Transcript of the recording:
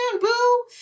boo